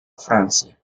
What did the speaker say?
francia